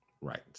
right